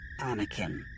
Anakin